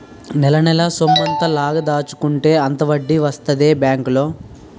నెలనెలా సొమ్మెంత లాగ దాచుకుంటే అంత వడ్డీ వస్తదే బేంకులో